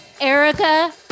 Erica